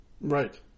Right